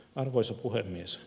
arvoisa puhemies